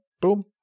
Boom